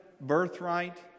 birthright